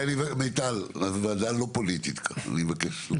מיטל, הוועדה לא פוליטית, אני מבקש.